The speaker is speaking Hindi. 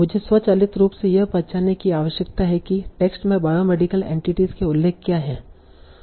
मुझे स्वचालित रूप से यह पहचानने की आवश्यकता है कि टेक्स्ट में बायोमेडिकल एंटिटीस के उल्लेख क्या हैं